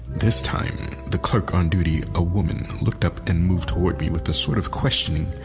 this time the clerk on duty, a woman, looked up and moved toward me with a sort of questioning,